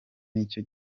nicyo